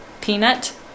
peanut